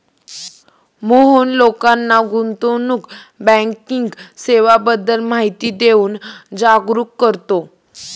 मोहन लोकांना गुंतवणूक बँकिंग सेवांबद्दल माहिती देऊन जागरुक करतो